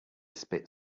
spit